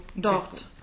Dort